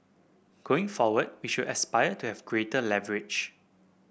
going forward we should aspire to have greater leverage